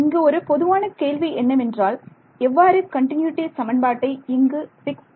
இங்கு ஒரு பொதுவான கேள்வி என்னவென்றால் எவ்வாறு கண்டினியூட்டி சமன்பாட்டை இங்கு பிக்ஸ் செய்வது